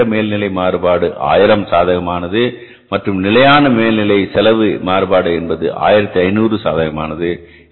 வேறுபட்ட மேல்நிலை செலவு மாறுபாடு 1000 சாதகமானது மற்றும் நிலையான மேல்நிலை செலவு மாறுபாடு என்பது 1500 சாதகமானது